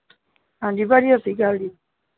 ਹਾਂਜੀ ਭਾਅ ਜੀ ਸਤਿ ਸ਼੍ਰੀ ਅਕਾਲ ਜੀ